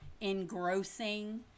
engrossing